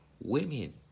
women